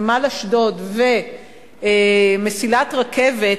נמל אשדוד ומסילת רכבת